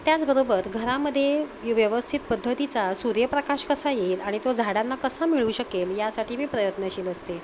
त्याचबरोबर घरामदे व्यवस्थित पद्धतीचा सूर्य प्रकाश कसा येईल आणि तो झाडांना कसा मिळू शकेल यासाठी मी प्रयत्नशील असते